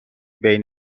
بین